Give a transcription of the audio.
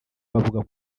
bavuga